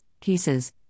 pieces